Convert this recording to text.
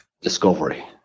discovery